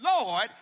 Lord